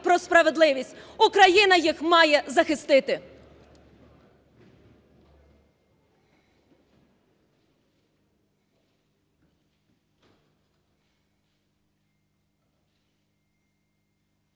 про справедливість. Україна їх має захистити.